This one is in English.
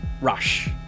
rush